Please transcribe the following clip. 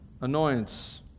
annoyance